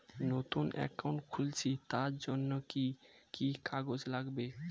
নতুন অ্যাকাউন্ট খুলছি তার জন্য কি কি কাগজ লাগবে?